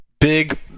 big